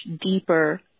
deeper